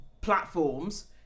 platforms